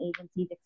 agencies